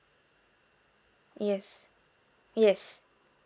yes yes